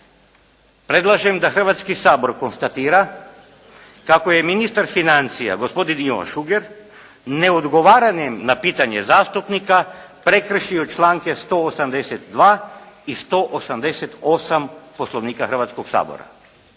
Predlažem da Hrvatski sabor konstatira kako je ministar financija gospodin Ivan Šuker neodgovaranjem na pitanje zastupnika prekršio članke 182. i 188. Poslovnika Hrvatskog sabora.